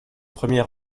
premier